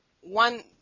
one